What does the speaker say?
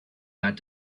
that